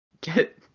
get